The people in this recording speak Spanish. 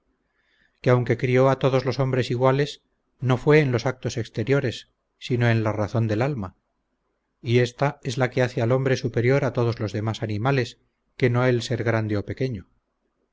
que aunque crió a todos los hombres iguales no fue en los actos exteriores sino en la razón del alma y esta es la que hace al hombre superior a todos los demás animales que no el ser grande o pequeño